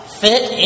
fit